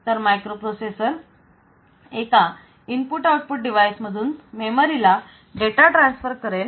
तर मायक्रोप्रोसेसर एका input output device मधून मेमरीला डेटा ट्रान्सफर करेल